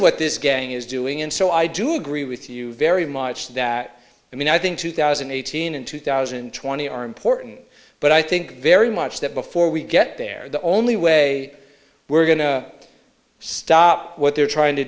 what this gang is doing and so i do agree with you very much that i mean i think two thousand and eighteen and two thousand and twenty are important but i think very much that before we get there the only way we're going to stop what they're trying to